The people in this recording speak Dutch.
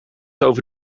over